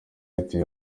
yituye